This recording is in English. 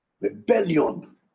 Rebellion